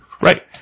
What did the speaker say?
Right